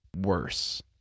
worse